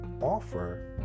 offer